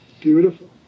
beautiful